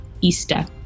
Easter